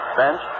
bench